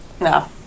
No